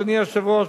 אדוני היושב-ראש,